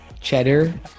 cheddar